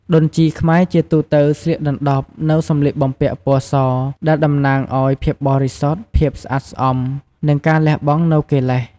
ដូនជីខ្មែរជាទូទៅស្លៀកដណ្ដប់នូវ សម្លៀកបំពាក់ពណ៌ស ដែលតំណាងឱ្យ ភាពបរិសុទ្ធ ភាពស្អាតស្អំ និងការលះបង់នូវកិលេស។